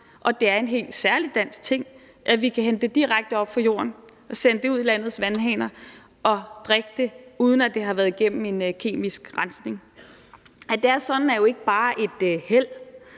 at det er en helt særlig dansk ting, at vi kan hente det direkte op fra jorden og sende det ud i landets vandhaner, og at vi kan drikke det, uden at det har været igennem en kemisk rensning. At det er sådan, er jo ikke bare held.